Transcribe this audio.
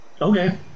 Okay